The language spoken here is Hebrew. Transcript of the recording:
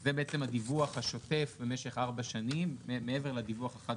זה בעצם הדיווח השוטף במשך ארבע שנים מעבר לדיווח החד